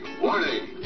warning